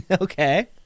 Okay